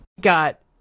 Got